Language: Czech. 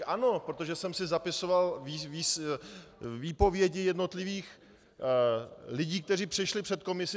Ano, protože jsem si zapisoval výpovědi jednotlivých lidí, kteří přišli před komisi.